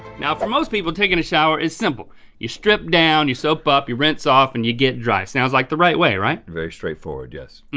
now for most people takin' a shower is simple you strip down, you soap up, you rinse off and you get dry, sounds like the right way, right? very straightforward, yes.